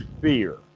fear